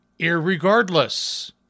irregardless